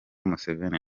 museveni